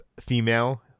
female